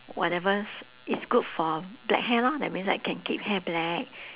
whatever's is good for black hair lor that means like can keep hair black